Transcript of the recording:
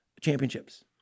championships